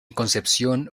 concepción